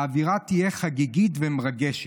האווירה תהיה חגיגית ומרגשת.